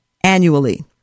annually